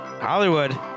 Hollywood